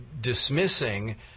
dismissing